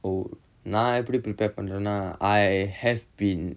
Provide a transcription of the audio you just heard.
oh நா எப்படி:naa eppadi prepare பண்றேனா:pandraenaa I have been